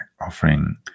offering